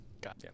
Gotcha